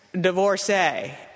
divorcee